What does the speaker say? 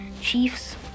Chiefs